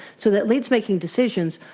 so that leaders making decisions,